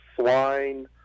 swine